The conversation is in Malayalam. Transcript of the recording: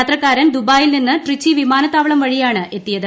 യാത്രക്കാരൻ ദുബായിൽ നിന്ന് ട്രിച്ചി വിമാനത്താവളം വൃഴിയാണ് എത്തിയത്